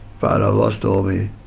but i lost all me